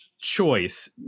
choice